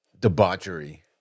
Debauchery